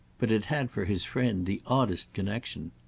but it had for his friend the oddest connexion.